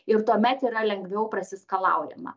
ir tuomet yra lengviau prasiskalaujama